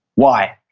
why?